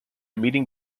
meeting